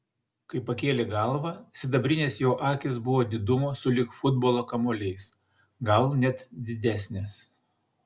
kai pakėlė galvą sidabrinės jo akys buvo didumo sulig futbolo kamuoliais gal net didesnės